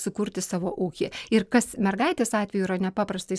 sikurti savo ūkį ir kas mergaitės atveju yra nepaprastai